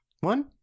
one